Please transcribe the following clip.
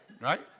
Right